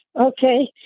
okay